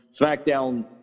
Smackdown